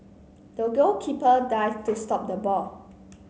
the goalkeeper dived to stop the ball